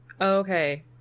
Okay